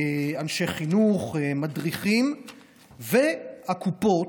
אנשי חינוך, מדריכים והקופות.